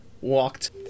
walked